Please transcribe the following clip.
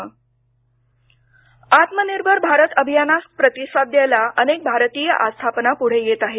गुजरात आत्मनिर्भर भारत अभियानास प्रतिसाद द्यायला अनेक भारतीय आस्थापना पुढे येत आहेत